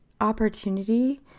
opportunity